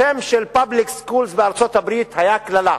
השםPublic Schools בארצות-הברית היה קללה,